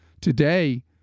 Today